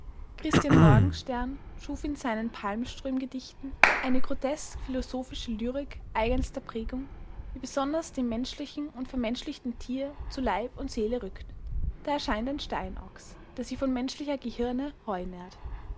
christi morgenstern schuf in seinen palmström gedichten eine grotesk philosophische lyrik eigenster prägung die besonders dem menschlichen und vermenschlichten tier zu leib und seele rückt da erscheint ein steinochs der sich von menschlicher gehirne heu nährt